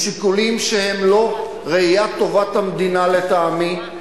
משיקולים שהם לא ראיית טובת המדינה לטעמי,